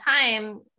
time